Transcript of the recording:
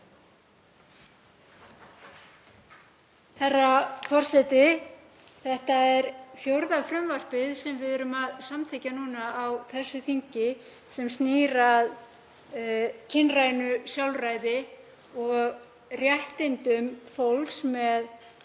Þetta er fjórða frumvarpið sem við erum að samþykkja á þessu þingi sem snýr að kynrænu sjálfræði og réttindum fólks með